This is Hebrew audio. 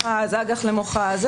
למשל,